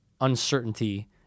uncertainty